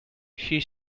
she